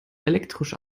elektrisch